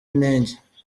inenge